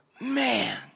Man